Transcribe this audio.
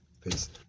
peace